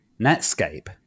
Netscape